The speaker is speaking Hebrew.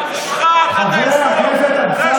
רק ככה אתם יכולים לנצח,